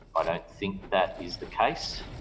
i don't think that is the case,